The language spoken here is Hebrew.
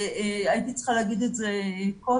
הייתי צריכה להגיד את זה קודם,